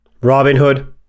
Robinhood